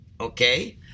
okay